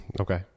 okay